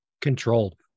controlled